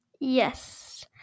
Yes